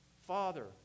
Father